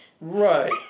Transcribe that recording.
Right